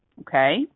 Okay